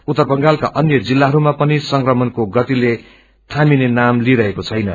उत्तर बंगालका अन्य जित्लाहरूमा पनि संक्रमणको रफ्तार थामिने नाम लिइरहेको छैन